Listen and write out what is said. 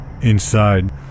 Inside